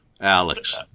Alex